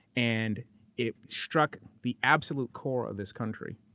and it struck the absolute core of this country,